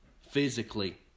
physically